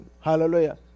Hallelujah